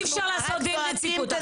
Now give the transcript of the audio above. אי אפשר לעשות דין רציפות.